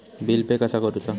Bill pay कसा करुचा?